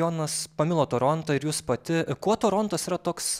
jonas pamilo torontą ir jūs pati kuo torontas yra toks